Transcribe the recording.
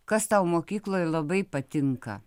kas tau mokykloj labai patinka